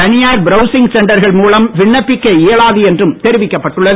தனியார் பிரவுசிங் சென்டர்கள் மூலம் விண்ணப்பிக்க இயலாது என்றும் தெரிவிக்கப்பட்டுள்ளது